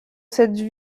cette